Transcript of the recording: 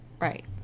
Right